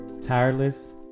Tireless